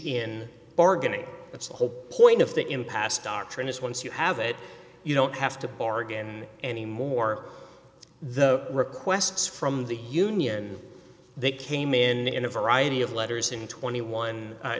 in bargaining that's the whole point of the impasse doctrine is once you have it you don't have to bargain anymore the requests from the union they came in in a variety of letters in twenty one